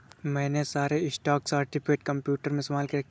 मैंने सारे stock certificate computer में संभाल के रखे हैं